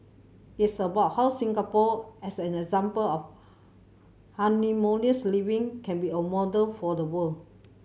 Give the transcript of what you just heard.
it's about how Singapore as an example of harmonious living can be a model for the world